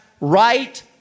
right